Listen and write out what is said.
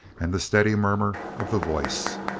and the steady murmur of the voice.